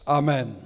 amen